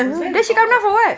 it was very awkward